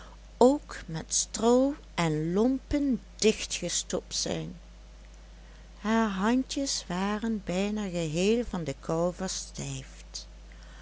ook met stroo en lompen dichtgestopt zijn haar handjes waren bijna geheel van de kou